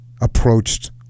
approached